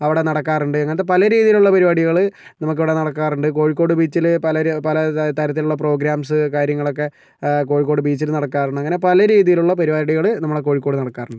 അവിടെ നടക്കാറുണ്ട് അങ്ങനത്തെ പല രീതിയിലുള്ള പരുപാടികൾ നമുക്കവിടെ നടക്കാറുണ്ട് കോഴിക്കോട് ബീച്ചിൽ പലരു പല തരത്തിലുള്ള പ്രോഗ്രാംസ് കാര്യങ്ങളൊക്കെ കോഴിക്കോട് ബീച്ചിൽ നടക്കാറുണ്ട് അങ്ങനെ പല രീതിയിലുള്ള പരുപാടികൾ നമ്മുടെ കോഴിക്കോട് നടക്കാറുണ്ട്